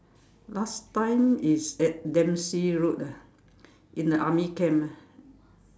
last time is at Dempsey road ah in the army camp ah